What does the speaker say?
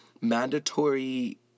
mandatory